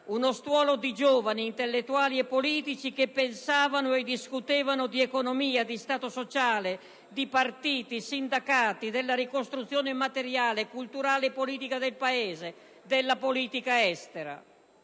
uno stuolo di giovani, intellettuali e politici, che pensavano e discutevano di economia, di Stato sociale, di partiti, di sindacati, della ricostruzione materiale, culturale e politica del Paese, della politica estera.